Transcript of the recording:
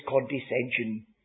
condescension